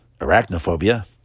arachnophobia